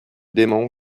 démon